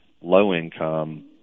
low-income